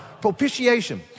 Propitiation